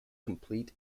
complete